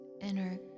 inner